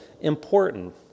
important